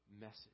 message